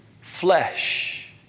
flesh